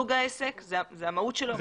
סוג העסק והמהות שלו,